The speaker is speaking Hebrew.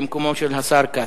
במקום השר כץ.